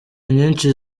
nyinshi